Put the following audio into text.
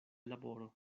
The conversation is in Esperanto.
laboro